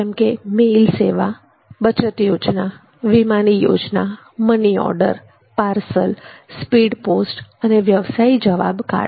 જેમકે મેઈલ સેવા બચત યોજના વીમાની યોજના મનીઓર્ડર પાર્સલ સ્પીડ પોસ્ટ અને વ્યવસાયી જવાબ કાર્ડ